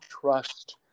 trust